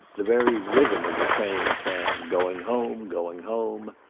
the very rhythm of the train sang going home going home.